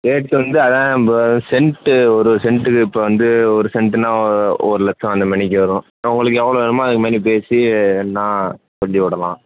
rate வந்து அதுதான் cent ஒரு செண்ட்டுக்கு இப்போ வந்து ஒரு செண்ட்டுன்னா ஒரு லட்சம் அந்த மேனிக்கு வரும் உங்களுக்கு எவ்வளோ வேணுமோ அதுக்கு மேனி பேசி வேணுன்னாக் கொண்டு விடலாம்